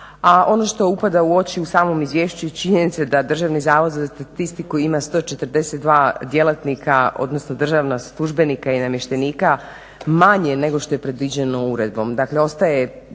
ono što upada u oči u samom izvješću činjenica je da Državni zavod za statistiku ima 142 djelatnika, odnosno državna službenika i namještenika manje nego što je predviđeno uredbom.